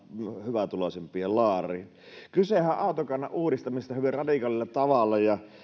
hyvätuloisempien laariin kysehän on autokannan uudistamisesta hyvin radikaalilla tavalla